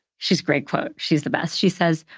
she's great quote. she's the best. she says,